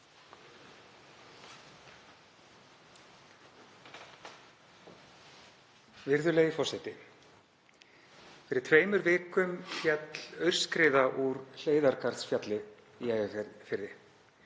Virðulegi forseti. Fyrir tveimur vikum féll aurskriða úr Hleiðargarðsfjalli í Eyjafirði.